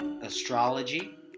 astrology